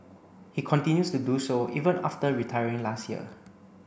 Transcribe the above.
he continues to do so even after retiring last year